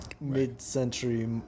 mid-century